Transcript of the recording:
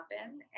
happen